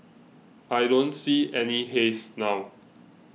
I don't see any haze now